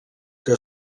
que